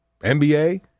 NBA